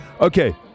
Okay